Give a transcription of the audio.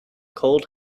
cold